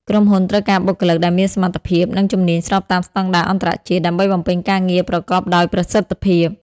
ក្រុមហ៊ុនត្រូវការបុគ្គលិកដែលមានសមត្ថភាព និងជំនាញស្របតាមស្តង់ដារអន្តរជាតិ ដើម្បីបំពេញការងារប្រកបដោយប្រសិទ្ធភាព។